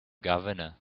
governor